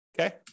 okay